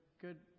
good